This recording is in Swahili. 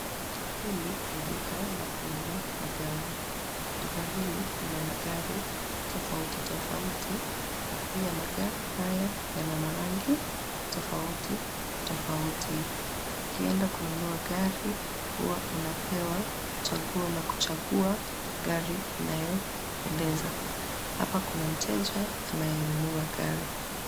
Hili ni duka la juuza magari. Duka hili lina magari tofauti tofauti na pia magari haya yana marangi tofauti tofauti ukienda kununua gari huwa unapewa chaguo la kuchagua gari inayokupendeza. Hapa kuna mteja anayenunua gari.